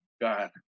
God